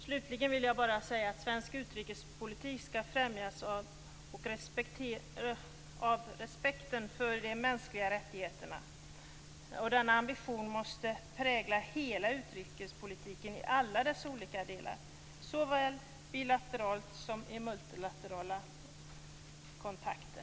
Slutligen vill jag säga att svensk utrikespolitik skall främja respekten för de mänskliga rättigheterna. Denna ambition måste prägla hela utrikespolitiken i alla dess olika delar såväl bilateralt som i multilaterala kontakter.